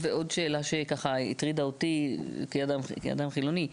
עוד שאלה שהטרידה אותי כאדם חילוני: